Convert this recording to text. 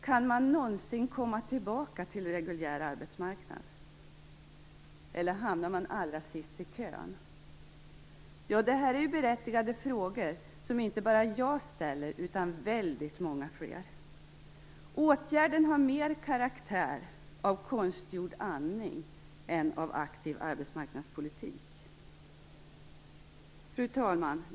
Kan man någonsin komma tillbaka till den reguljära arbetsmarknaden eller hamnar man allra sist i kön? Detta är berättigade frågor, som inte bara jag utan väldigt många fler ställer. Åtgärden har mer karaktären av konstgjord andning än av aktiv arbetsmarknadspolitik. Fru talman!